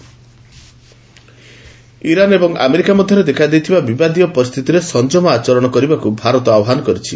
MEA Iran Iran ଏବଂ America ମଧ୍ୟରେ ଦେଖାଦେଇଥିବା ବିବାଦୀୟ ପରିସ୍ଥିତିରେ ସଂଜମ ଆଚରଣ ଆପଣେଇବାକୁ ଭାରତ ଆହ୍ପାନ କରିଛି